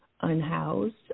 unhoused